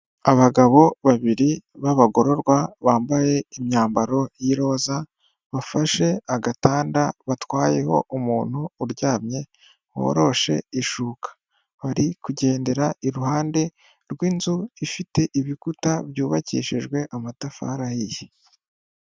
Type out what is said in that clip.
Abagabo babiri b'abagororwa bambaye imyambaro y'iroza bafashe agatanda batwayeho umuntu uryamye woroshe ishuka, bari kugendera iruhande rw'inzu ifite ibikuta byubakishijwe amatafari ahiye.